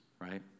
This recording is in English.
right